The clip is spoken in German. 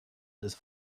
ist